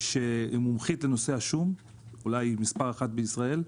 היא אולי מספר אחת בישראל,